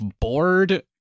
bored